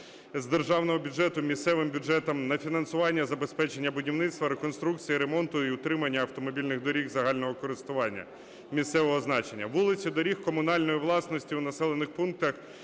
з державного бюджету місцевим бюджетам на фінансування і забезпечення будівництва, реконструкції і ремонту, і утримання автомобільних доріг загального користування місцевого значення, вулиць і доріг комунальної власності у населених пунктах,